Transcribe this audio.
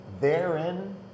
therein